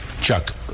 Chuck